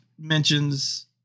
mentions